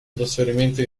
trasferimento